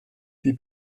die